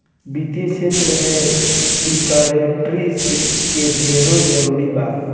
वित्तीय क्षेत्र में सिक्योरिटी के ढेरे जरूरी बा